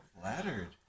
Flattered